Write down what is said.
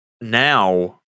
now